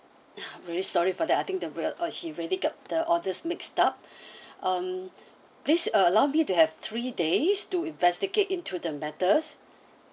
really sorry for that I think the real oh he really get the orders mixed up um please uh allow me to have three days to investigate into the matters